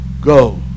go